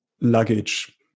luggage